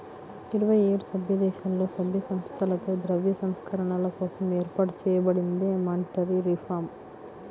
ఇరవై ఏడు సభ్యదేశాలలో, సభ్య సంస్థలతో ద్రవ్య సంస్కరణల కోసం ఏర్పాటు చేయబడిందే మానిటరీ రిఫార్మ్